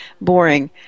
boring